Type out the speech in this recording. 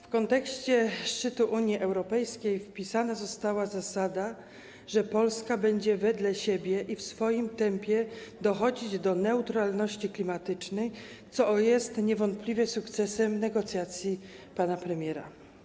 W kontekście szczytu Unii Europejskiej wpisana została zasada, że Polska będzie wedle siebie i w swoim tempie dochodzić do neutralności klimatycznej, co jest niewątpliwie sukcesem negocjacji pana premiera.